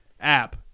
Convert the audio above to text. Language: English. app